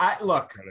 Look